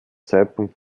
zeitpunkt